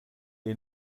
ihr